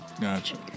Gotcha